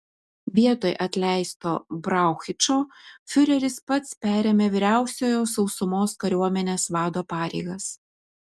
vietoj atleisto brauchičo fiureris pats perėmė vyriausiojo sausumos kariuomenės vado pareigas